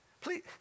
Please